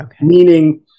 meaning